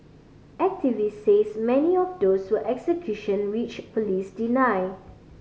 activist says many of do so execution which police deny